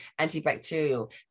antibacterial